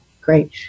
great